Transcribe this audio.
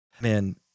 man